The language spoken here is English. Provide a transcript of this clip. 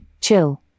chill